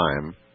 time